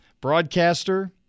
broadcaster